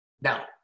Now